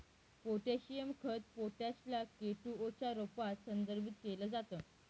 potassium खत potash ला K two O च्या रूपात संदर्भित केल जात